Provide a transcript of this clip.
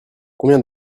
combien